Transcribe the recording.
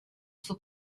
for